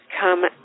come